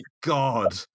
god